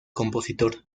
compositor